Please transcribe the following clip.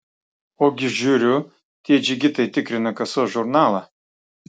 ogi žiūriu tie džigitai tikrina kasos žurnalą